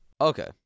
Okay